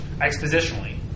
expositionally